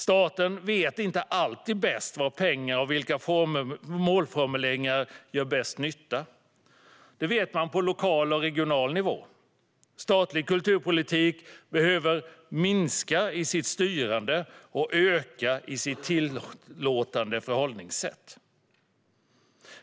Staten vet inte alltid bäst var pengar gör bäst nytta eller vilka målformuleringar som gör bäst nytta. Det vet man på lokal och regional nivå. Statlig kulturpolitik behöver minska i sitt styrande och öka i sitt tillåtande förhållningssätt.